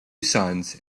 sons